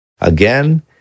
Again